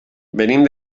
venim